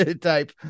type